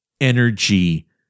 energy